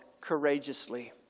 courageously